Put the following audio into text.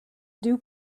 dew